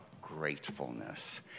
gratefulness